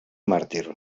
màrtir